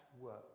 work